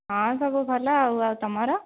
ହଁ ସବୁ ଭଲ ଆଉ ତୁମର